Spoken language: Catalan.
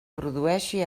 produeixi